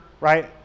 right